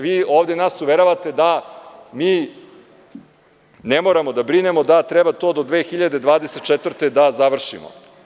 Vi ovde nas uveravate da mi ne moramo da brinemo da treba to do 2024. godine da završimo.